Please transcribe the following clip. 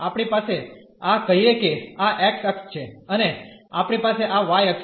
આપણી પાસે આ કહીએ કે આ x અક્ષ છે અને આપણી પાસે આ y અક્ષ છે